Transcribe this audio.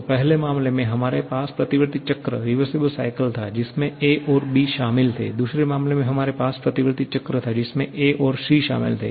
तो पहले मामले में हमारे पास प्रतिवर्ती चक्र था जिसमें 'a' और 'b' शामिल थे दूसरे मामले में हमारे पास प्रतिवर्ती चक्र था जिसमें 'a' और 'c' शामिल थे